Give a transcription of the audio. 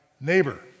neighbor